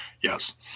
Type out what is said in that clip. Yes